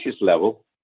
level